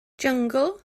jyngl